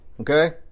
Okay